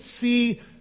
see